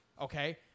Okay